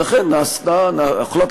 ולכן הוחלט